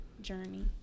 journey